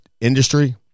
industry